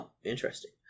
Interesting